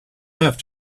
have